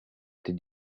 did